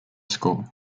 school